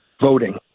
voting